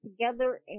together